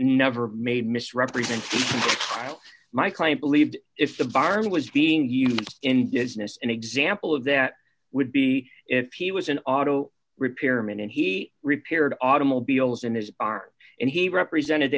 never made misrepresenting my client believed if the virus was being used in business an example of that would be if he was an auto repair man and he repaired automobiles in his art and he represented